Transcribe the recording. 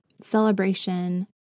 celebration